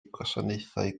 gwasanaethau